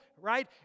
right